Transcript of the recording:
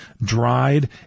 dried